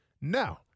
Now